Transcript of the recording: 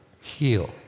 heal